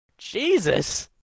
Jesus